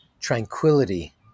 tranquility